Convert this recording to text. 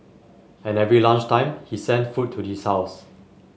and every lunch time he sent food to his house